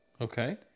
Okay